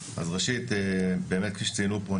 ראשית באמת כפי שציינו פה,